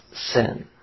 sin